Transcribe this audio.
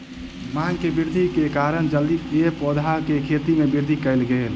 मांग में वृद्धि के कारण जलीय पौधा के खेती में वृद्धि कयल गेल